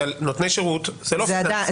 כי נותני שירות זה לא פיננסים.